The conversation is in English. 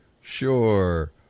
sure